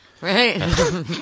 right